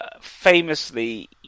famously